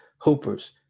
hoopers